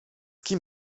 kim